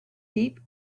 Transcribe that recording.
deep